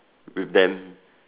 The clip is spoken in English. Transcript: with them